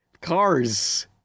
Cars